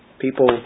people